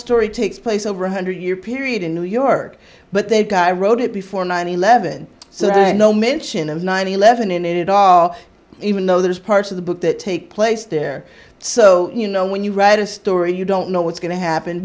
story takes place over a hundred year period in new york but they guy wrote it before nine eleven so there's no mention of nine eleven in it at all even though there's parts of the book that take place there so you know when you write a story you don't know what's going to happen